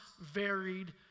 varied